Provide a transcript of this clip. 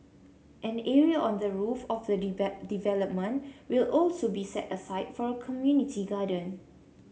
an area on the roof of the development will also be set aside for a community garden